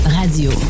radio